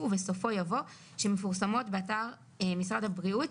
ובסופו יבוא שמפורסמות באתר משרד הבריאות.